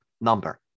number